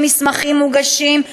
ומסמכים מוגשים,